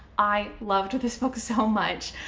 i loved this book so much.